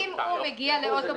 אם הוא מגיע לאוטובוס,